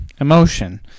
emotion